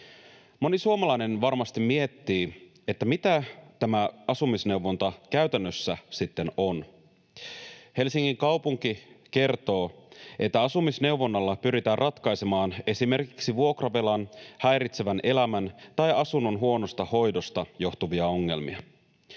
Moni suomalainen varmasti miettii, mitä tämä asumisneuvonta käytännössä sitten on. Helsingin kaupunki kertoo, että asumisneuvonnalla pyritään ratkaisemaan esimerkiksi vuokravelasta, häiritsevästä elämästä tai asunnon huonosta hoidosta johtuvia ongelmia.